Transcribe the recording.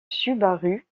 subaru